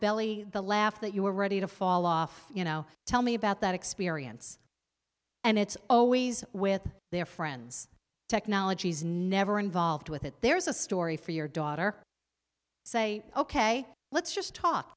belly laugh that you were ready to fall off you know tell me about that experience and it's always with their friends technology's never involved with it there's a story for your daughter say ok let's just talk